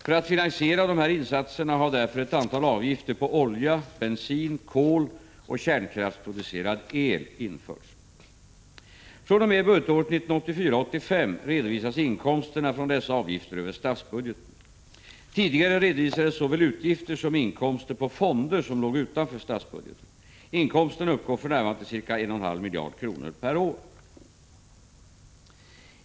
För att finansiera dessa insatser har därför ett antal avgifter på olja, bensin, kol och kärnkraftsproducerad el införts. över statsbudgeten. Tidigare redovisades såväl utgifter som inkomster på fonder som låg utanför statsbudgeten. Inkomsterna uppgår för närvarande till ca 1,5 miljarder kronor per år.